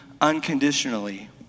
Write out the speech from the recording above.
unconditionally